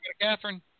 Catherine